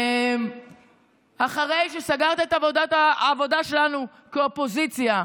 אחרי שסגרת את העבודה שלנו כאופוזיציה,